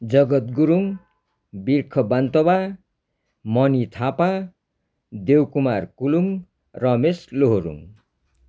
Jagat Gurung Birkh Bantawa Mani Thapa Devkumar Kulung Ramesh Lohorung